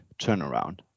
turnaround